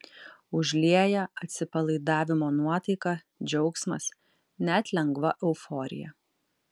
užlieja atsipalaidavimo nuotaika džiaugsmas net lengva euforija